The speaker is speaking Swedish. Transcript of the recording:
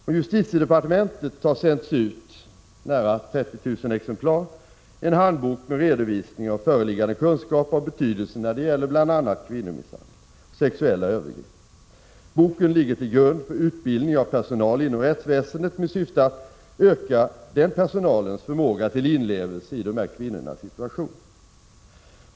Från justitiedepartementet har sänts ut nära 30 000 exemplar av en handbok med redovisning av föreliggande kunskaper av betydelse när det gäller bl.a. kvinnomisshandel och sexuella övergrepp. Boken ligger till 19 grund för utbildning av personal inom rättsväsendet och syftar till att öka den personalens förmåga till inlevelse i de här kvinnornas situation.